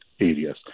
areas